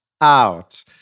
out